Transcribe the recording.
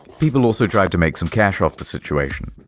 people also tried to make some cash off the situation.